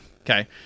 Okay